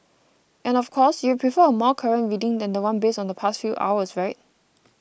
and of course you'd prefer a more current reading than one based on the past few hours right